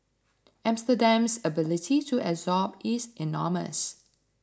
Amsterdam's ability to absorb is enormous